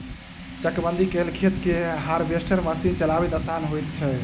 चकबंदी कयल खेत मे हार्वेस्टर मशीन के चलायब आसान होइत छै